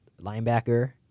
linebacker